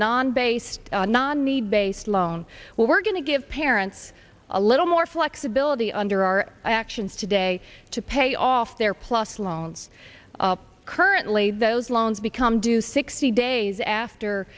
non based non need based loan we're going to give parents a little more flexibility under our actions today to pay off their plus loans currently those loans become due sixty days after